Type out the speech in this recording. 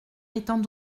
étant